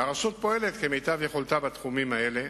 והרשות פועלת כמיטב יכולתה בתחומים האלה.